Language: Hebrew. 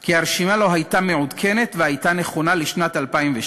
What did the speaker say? כי הרשימה לא הייתה מעודכנת אלא נכונה לשנת 2012,